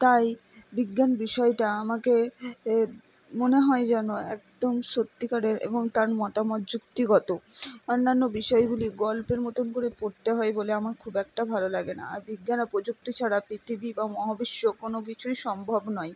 তাই বিজ্ঞান বিষয়টা আমাকে মনে হয় যেন একদম সত্যিকারের এবং তার মতামত যুক্তিগত অন্যান্য বিষয়গুলি গল্পের মতন করে পড়তে হয় বলে আমার খুব একটা ভালো লাগে না আর বিজ্ঞান ও প্রযুক্তি ছাড়া পৃথিবী বা মহাবিশ্ব কোনো কিছুই সম্ভব নয়